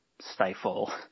stifle